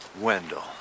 Wendell